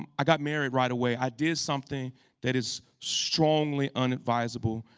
um i got married right away. i did something that is strongly inadvisable.